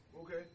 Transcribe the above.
Okay